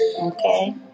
Okay